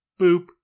boop